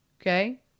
Okay